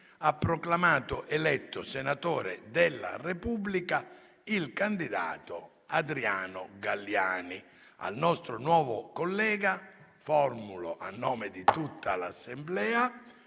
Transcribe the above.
sia presente - senatore della Repubblica il candidato Adriano Galliani. Al nostro nuovo collega formulo, a nome di tutta l’Assemblea,